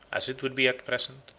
as it would be at present,